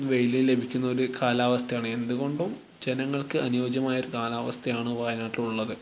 വെയിൽ ലഭിക്കുന്ന ഒരു കാലാവസ്ഥയാണ് എന്തുകൊണ്ടും ജനങ്ങള്ക്ക് അനുയോജ്യമായ ഒരു കാലാവസ്ഥയാണ് വയനാട്ടിലുള്ളത്